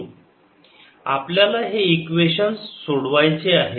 2α2βγ0 आपल्याला हे इक्वेशन्स सोडवायचे आहेत